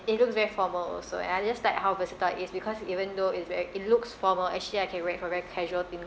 it looks very formal also and I just like how versatile it is because even though it's very it looks formal actually I can wear it for very casual thing